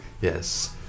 Yes